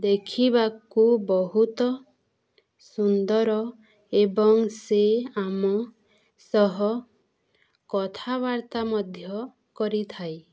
ଦେଖିବାକୁ ବହୁତ ସୁନ୍ଦର ଏବଂ ସେ ଆମ ସହ କଥାବାର୍ତ୍ତା ମଧ୍ୟ କରିଥାଏ